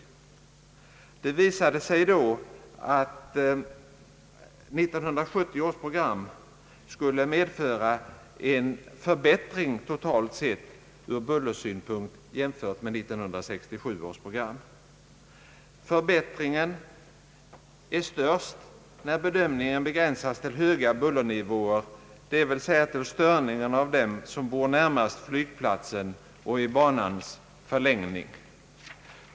Det visade sig att 1970 års program totalt sett skulle innebära en förbättring ur bullersynpunkt jämfört med 1967 års program. Förbättringen visar sig vara störst när bedömningen begränsas till höga bullernivåer, dvs. till störningarna för dem som bor närmast flygplatsen och i banans förlängning.